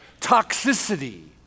Toxicity